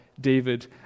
David